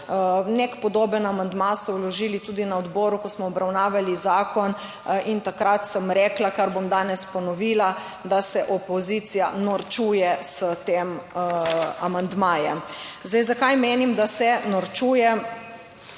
neki podoben amandma so vložili tudi na odboru, ko smo obravnavali zakon in takrat sem rekla, kar bom danes ponovila, da se opozicija norčuje s tem, amandmajem. Zdaj, zakaj menim, da se norčuje?